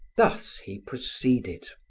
thus he proceeded.